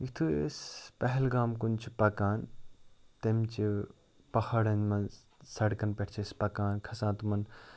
یُتھُے أسۍ پہلگام کُن چھِ پَکان تَمہِ چہٕ پہاڑَن منٛز سڑکَن پٮ۪ٹھ چھِ أسۍ پَکان کھسان تِمَن